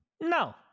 No